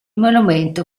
monumento